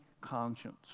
conscience